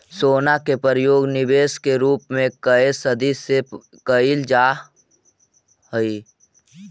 सोना के प्रयोग निवेश के रूप में कए सदी से कईल जाइत हई